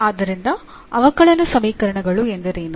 ಆದ್ದರಿಂದ ಅವಕಲನ ಸಮೀಕರಣಗಳು ಎಂದರೇನು